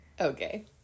okay